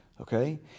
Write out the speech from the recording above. Okay